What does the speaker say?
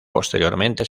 posteriormente